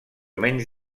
menys